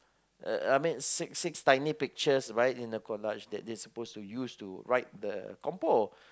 uh I mean six six tiny pictures right in a collage that they supposed to use to write the compo